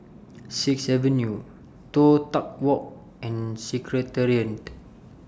Sixth Avenue Toh Tuck Walk and Secretariat